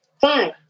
Five